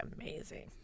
amazing